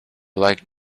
like